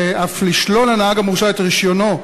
ואף לשלול לנהג המורשע את רישיונו,